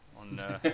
on